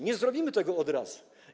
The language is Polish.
Nie zrobimy tego od razu.